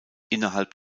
innerhalb